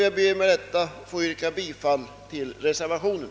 Jag ber med dessa ord att få yrka bifall till reservationen.